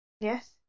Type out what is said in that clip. Yes